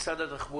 על משרד התחבורה